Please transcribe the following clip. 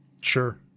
sure